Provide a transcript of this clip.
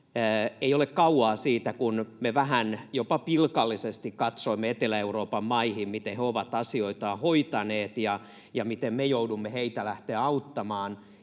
ei ole kauaa siitä, kun me vähän jopa pilkallisesti katsoimme Etelä-Euroopan maihin, miten he ovat asioitaan hoitaneet ja miten me joudumme heitä lähtemään auttamaan,